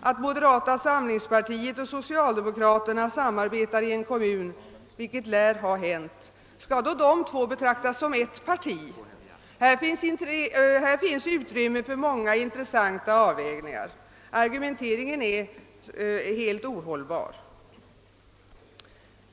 Om moderata samlingspartiet och socialdemokraterna samarbetar i en kommun, vilket lär ha hänt, skall då dessa båda betraktas som ett parti? Här finns utrymme för många intressanta avvägningar. Argumenteringen är helt ohållbar.